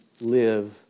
live